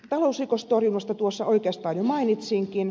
talousrikostorjunnasta tuossa oikeastaan jo mainitsinkin